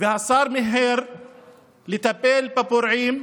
והשר שמיהר לטפל בפורעים,